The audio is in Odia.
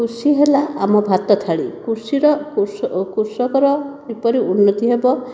କୃଷି ହେଲା ଆମ ଭାତ ଥାଳି କୃଷିର କୃଷ କୃଷକର କିପରି ଉନ୍ନତି ହେବ